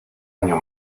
año